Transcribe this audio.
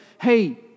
Hey